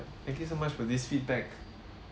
thank you so much for this feedback